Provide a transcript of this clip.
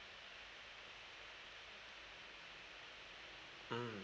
mm